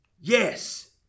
Yes